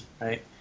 right